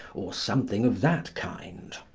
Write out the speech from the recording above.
or something of that kind.